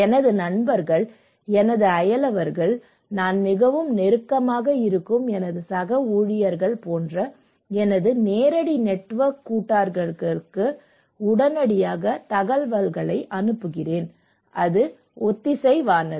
எனது நண்பர்கள் எனது அயலவர்கள் நான் மிகவும் நெருக்கமாக இருக்கும் எனது சக ஊழியர்கள் போன்ற எனது நேரடி நெட்வொர்க் கூட்டாளர்களுக்கு உடனடியாக தகவல்களை அனுப்புகிறேன் அது ஒத்திசைவானது